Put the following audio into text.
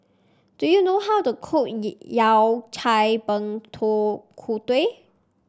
do you know how to cook Yao Cai kut